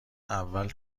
اول